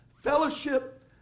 fellowship